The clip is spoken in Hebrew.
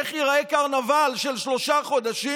איך ייראה קרנבל של שלושה חודשים,